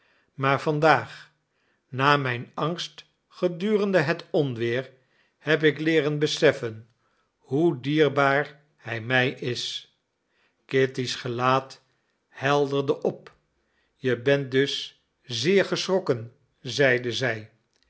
maar vandaag na mijn angst gedurende het onweer heb ik leeren beseffen hoe dierbaar hij mij is kitty's gelaat helderde op je bent dus zeer geschrokken zeide zij